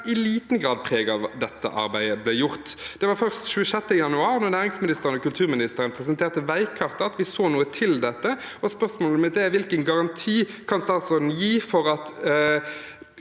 i liten grad preg av at dette arbeidet ble gjort. Det var først 26. januar, da næringsministeren og kulturministeren presenterte veikartet, at vi så noe til dette. Spørsmålet mitt er: Hvilken garanti kan statsråden gi for at